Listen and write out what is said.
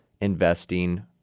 investing